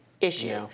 issue